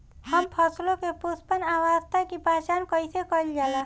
हम फसलों में पुष्पन अवस्था की पहचान कईसे कईल जाला?